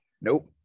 nope